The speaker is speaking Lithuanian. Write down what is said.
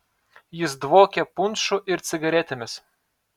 jis dvokė punšu ir cigaretėmis